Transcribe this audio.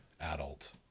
adult